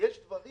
יש דברים